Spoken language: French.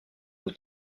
une